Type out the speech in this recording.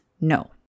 no